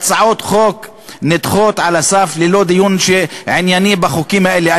שהצעות חוק נדחות על הסף ללא דיון ענייני בחוקים האלה.